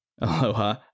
aloha